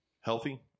healthy